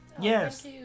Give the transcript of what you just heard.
yes